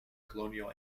colonial